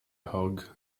hog